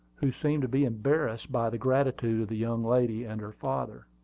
who seemed to be embarrassed by the gratitude of the young lady and her father.